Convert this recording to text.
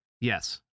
Yes